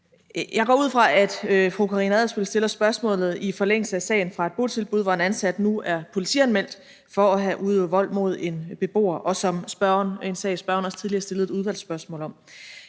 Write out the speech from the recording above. Jeg går ud fra, at fru Karina Adsbøl stiller spørgsmålet i forlængelse af sagen fra et botilbud, hvor en ansat nu er politianmeldt for at have udøvet vold mod en beboer. Det er en sag, spørgeren også tidligere har stillet et udvalgsspørgsmål om.